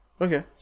Okay